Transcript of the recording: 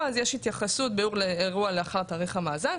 אז יש התייחסות ביאור לאירוע לאחר תאריך המאזן.